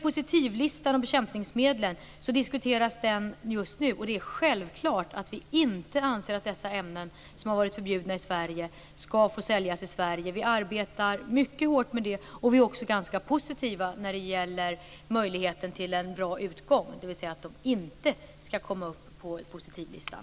Positivlistan och bekämpningsmedlen diskuteras just nu. Det är självklart att vi inte anser att dessa ämnen, som har varit förbjudna i Sverige, skall få säljas i Sverige. Vi arbetar mycket hårt med det, och vi är också ganska positiva när det gäller möjligheten till en bra utgång, dvs. att de inte skall komma upp på positivlistan.